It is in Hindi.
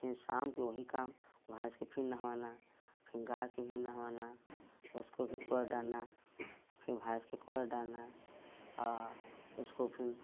फिर शाम को वही काम भैंस के फिर नहवाना फिर गाई के भी नहवाना उसको भी डालना फिर भैंस के डालना और उसको फिर